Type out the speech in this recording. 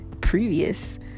previous